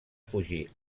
fugir